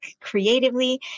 creatively